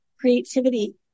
creativity